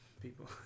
people